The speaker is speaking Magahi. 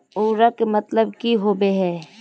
उर्वरक के मतलब की होबे है?